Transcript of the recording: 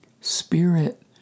Spirit